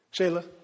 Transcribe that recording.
Shayla